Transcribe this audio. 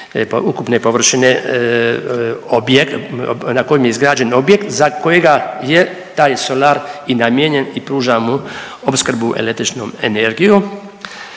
ukupne površine na kojem je izgrađen objekt za kojega je taj solar i namijenjen i pruža mu opskrbu električnom energijom.